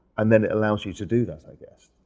and then it allows you to do that, i guess,